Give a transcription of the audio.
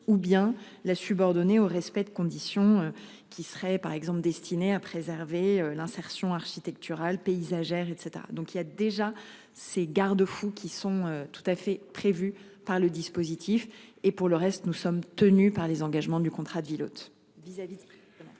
ou bien la subordonnée au respect de conditions qui seraient par exemple destinés à préserver l'insertion architecturale paysagère et donc il y a déjà ses garde- fous qui sont tout à fait prévues par le dispositif et pour le reste nous sommes tenus par les engagements du contrat de ville